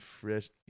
fresh